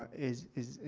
is is,